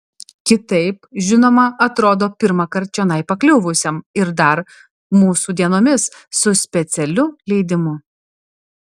kitaip žinoma atrodo pirmąkart čionai pakliuvusiam ir dar mūsų dienomis su specialiu leidimu